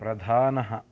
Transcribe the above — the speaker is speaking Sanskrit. प्रधानः